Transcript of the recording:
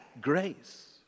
grace